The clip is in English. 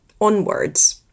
onwards